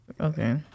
Okay